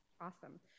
Awesome